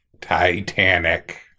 Titanic